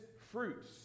fruits